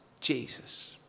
Jesus